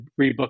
rebook